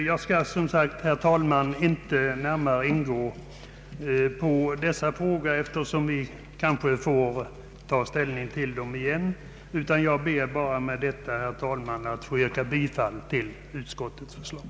Jag skall som sagt inte gå närmare in på dessa frågor, eftersom vi kanske får ta ställning till dem senare, utan jag ber bara, herr talman, att få yrka bifall till utskottets förslag.